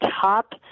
top